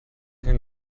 can